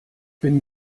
bin